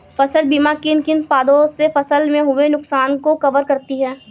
फसल बीमा किन किन आपदा से फसल में हुए नुकसान को कवर करती है